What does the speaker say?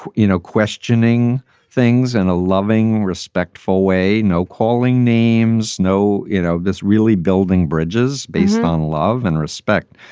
you know, questioning things and a loving, respectful way. no calling names, no. you know, this really building bridges based on love and respect.